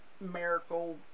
miracle